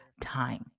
time